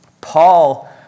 Paul